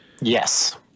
Yes